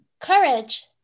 courage